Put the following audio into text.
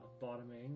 bottoming